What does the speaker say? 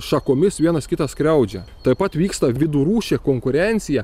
šakomis vienas kitą skriaudžia taip pat vyksta vidurūšė konkurencija